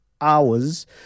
hours